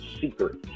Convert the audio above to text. secret